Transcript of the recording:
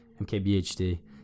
mkbhd